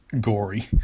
gory